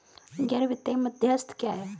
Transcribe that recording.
गैर वित्तीय मध्यस्थ क्या हैं?